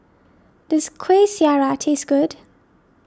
does Kuih Syara taste good